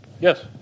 Yes